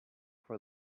for